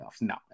No